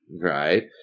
right